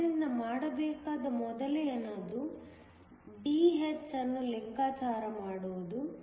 ಆದ್ದರಿಂದ ಮಾಡಬೇಕಾದ ಮೊದಲನೆಯದು Dh ಅನ್ನು ಲೆಕ್ಕಾಚಾರ ಮಾಡುವುದು